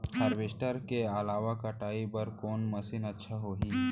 Harvester के अलावा कटाई बर कोन मशीन अच्छा होही?